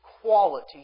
quality